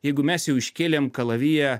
jeigu mes jau iškėlėm kalaviją